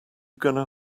gonna